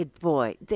Boy